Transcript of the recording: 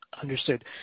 Understood